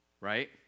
right